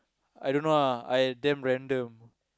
I don't know ah I damn random